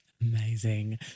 amazing